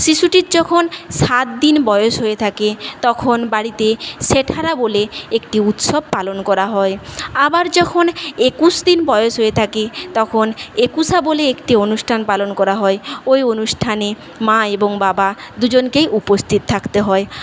শিশুটির যখন সাতদিন বয়স হয়ে থাকে তখন বাড়িতে সেঠারা বলে একটি উৎসব পালন করা হয় আবার যখন একুশ দিন বয়স হয়ে থাকে তখন একুশা বলে একটি অনুষ্ঠান পালন করা হয় ওই অনুষ্ঠানে মা এবং বাবা দু জনকেই উপস্থিত থাকতে হয়